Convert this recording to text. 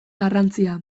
garrantzia